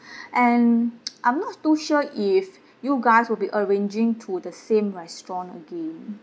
and I'm not too sure if you guys will be arranging to the same restaurant again